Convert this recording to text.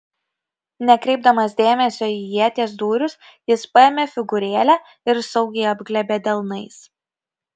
nekreipdamas dėmesio į ieties dūrius jis paėmė figūrėlę ir saugiai apglėbė delnais